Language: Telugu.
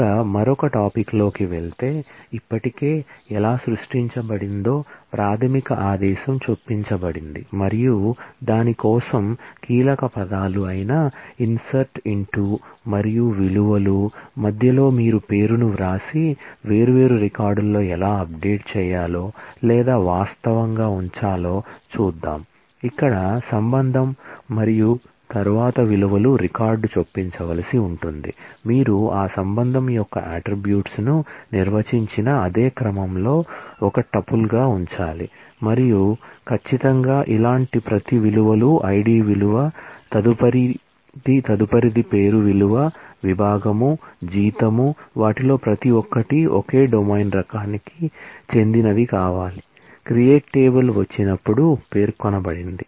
ఇక మరొక విషయం లోకి వెళ్తే ఇప్పటికే ఎలా సృష్టించబడిందో ప్రాథమిక ఆదేశం చొప్పించబడింది మరియు దాని కోసం కీలకపదాలు ఇన్సర్ట్ ఇన్ టు వచ్చినప్పుడు పేర్కొనబడినది